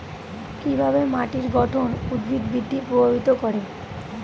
কিভাবে মাটির গঠন উদ্ভিদ বৃদ্ধি প্রভাবিত করে?